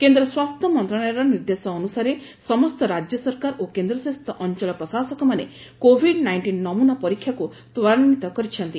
କେନ୍ଦ୍ର ସ୍ୱାସ୍ଥ୍ୟ ମନ୍ତ୍ରଣାଳୟର ନିର୍ଦ୍ଦେଶାନୁସାରେ ସମସ୍ତ ରାଜ୍ୟ ସରକାର ଓ କେନ୍ଦ୍ରଶାସିତ ଅଞ୍ଚଳ ପ୍ରଶାସକମାନେ କୋଭିଡ ନାଇଷ୍ଟିନ୍ ନମୁନା ପରୀକ୍ଷାକୁ ତ୍ୱରାନ୍ୱିତ କରିଛନ୍ତି